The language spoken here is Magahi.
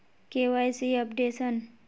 KYC updation?